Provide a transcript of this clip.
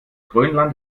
grönland